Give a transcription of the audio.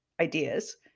ideas